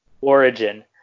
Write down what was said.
origin